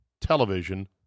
television